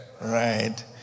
right